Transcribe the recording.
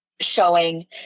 showing